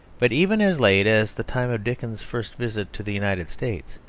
but even as late as the time of dickens's first visit to the united states,